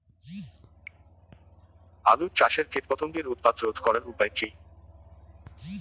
আলু চাষের কীটপতঙ্গের উৎপাত রোধ করার উপায় কী?